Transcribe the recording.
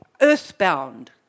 earthbound